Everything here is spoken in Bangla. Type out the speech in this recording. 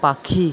পাখি